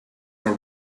are